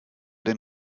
den